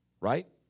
Right